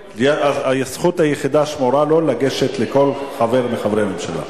הזכות היחידה שמורה לו לגשת לכל חבר מחברי הממשלה.